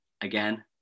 again